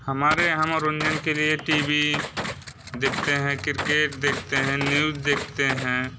हमारे यहाँ मनोरंजन के लिए टी वी देखते हैं किर्केट देखते हैं न्यूज देखते हैं